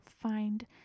find